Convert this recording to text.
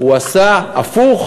הוא עשה הפוך,